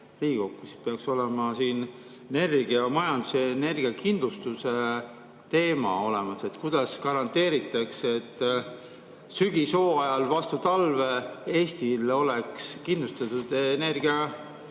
siis peaks olema siin energiamajanduse ja energiakindlustuse teema olemas. Kuidas garanteeritakse, et sügishooajal vastu talve Eesti oleks kindlustatud